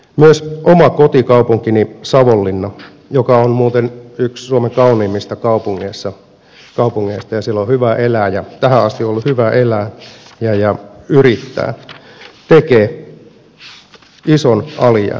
myös oma kotikaupunkini savonlinna joka on muuten yksi suomen kauneimmista kaupungeista ja jossa tähän asti on ollut hyvä elää ja yrittää tekee ison alijäämän tilinpäätökseen